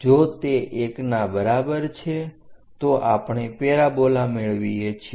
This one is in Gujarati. જો તે 1 ના બરાબર છે તો આપણે પેરાબોલા મેળવીએ છીએ